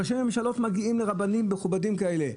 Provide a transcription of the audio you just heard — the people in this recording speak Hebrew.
אפילו ראשי ממשלה מגיעים לרבנים מכובדים כאלה.